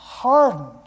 Hardened